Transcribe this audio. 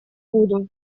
буду